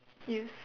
use